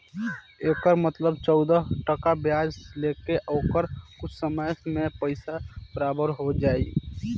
एकर मतलब चौदह टका ब्याज ले के ओकर कुछ समय मे पइसा बराबर हो जाई